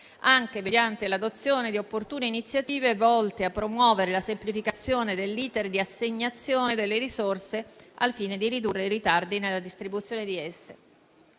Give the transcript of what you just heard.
anche mediante l'adozione di opportune iniziative volte a promuovere la semplificazione dell'*iter* di assegnazione delle risorse, al fine di ridurre i ritardi nella distribuzione di esse».